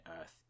Earth